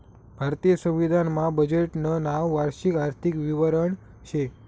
भारतीय संविधान मा बजेटनं नाव वार्षिक आर्थिक विवरण शे